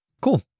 Cool